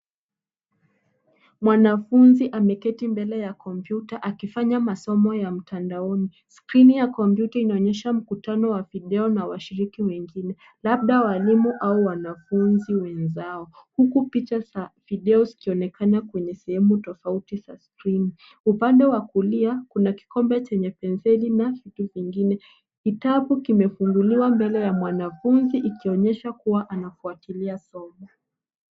Mwanafunzi ameketi mbele ya kompyuta akifanya masomo ya mtandaoni. Skrini ya kompyuta inaonyesha mkutano wa video na washiriki wengine, labda walimu au wanafunzi wenzao, huku picha za video zikionekana kwenye sehemu tofauti za skrini. Upande wa kulia kuna kikombe chenye penseli na vitu vingine. Kitabu kimefunguliwa mbele ya mwanafunzi ikionyesha kuwa anafuatilia somo.